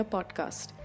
Podcast